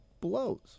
blows